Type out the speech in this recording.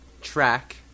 track